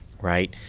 Right